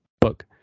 book